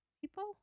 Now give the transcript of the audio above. People